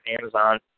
Amazon